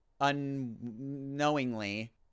unknowingly